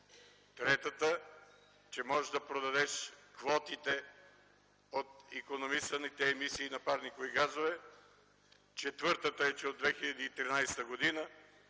Третата, че може да продадеш квотите от икономисаните емисии на парникови газове. Четвъртата е, че от 2013 г.,